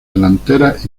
delanteras